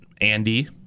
Andy